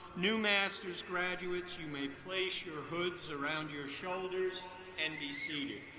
new master's graduates, you may place your hoods around your shoulders and be seated.